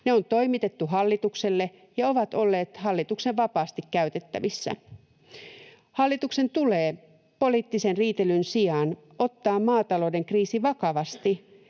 Ne on toimitettu hallitukselle ja ovat olleet hallituksen vapaasti käytettävissä. Hallituksen tulee poliittisen riitelyn sijaan ottaa maatalouden kriisi vakavasti